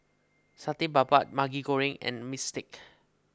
Satay Babat Maggi Goreng and Bistake